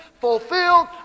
fulfilled